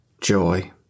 joy